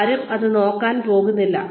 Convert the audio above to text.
ആരും അത് നോക്കാൻ പോകുന്നില്ല